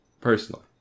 Personally